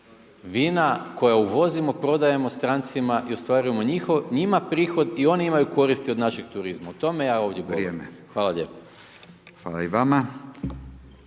Vina koja uvozimo prodajemo strancima i ostvarujemo njima prihod i oni imaju koristi od našeg turizma, o tome ja ovdje govorim. Hvala lijepo. **Radin,